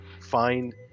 find